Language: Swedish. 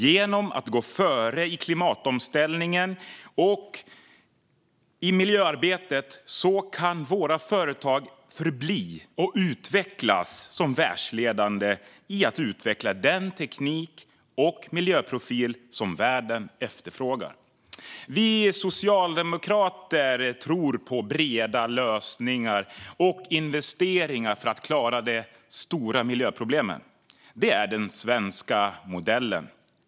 Genom att gå före i klimatomställningen och miljöarbetet kan våra företag förbli och utvecklas som världsledande i att utveckla den teknik och miljöprofil som världen efterfrågar. Vi socialdemokrater tror på breda lösningar och investeringar för att klara de stora miljöproblemen. Det är den svenska modellen.